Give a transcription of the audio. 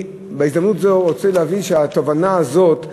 בהזדמנות זו אני רוצה להגיד שהתובנה הזאת,